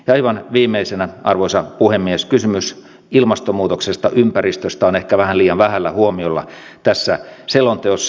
aivan viimeisenä arvoisa puhemies kysymys ilmastonmuutoksesta ja ympäristöstä on ehkä vähän liian vähällä huomiolla tässä selonteossa